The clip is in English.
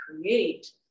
create